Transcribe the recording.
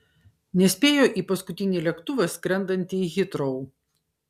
nespėjo į paskutinį lėktuvą skrendantį į hitrou